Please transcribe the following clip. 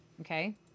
okay